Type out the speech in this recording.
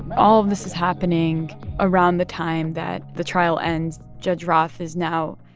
all of this is happening around the time that the trial ends. judge roth is now